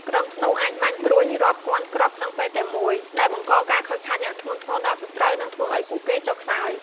ក្រុមធ្នូអាចបាញ់ព្រួញរាប់ពាន់គ្រាប់ក្នុងពេលតែមួយ ដែលបង្កការខូចខាតយ៉ាងធ្ងន់ធ្ងរដល់សត្រូវ និងធ្វើឱ្យពួកគេចុះខ្សោយ។